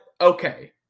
Okay